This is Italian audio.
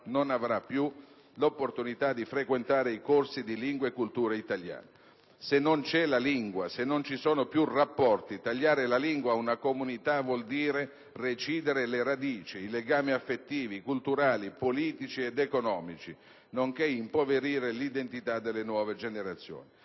non abbiano più l'opportunità di frequentare i corsi di lingua e cultura italiana. Se non c'è la lingua, non ci sono più rapporti. Tagliare la lingua a una comunità vuol dire recidere le radici, i legami affettivi, culturali, politici ed economici, nonché impoverire l'identità delle nuove generazioni.